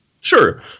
sure